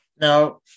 Now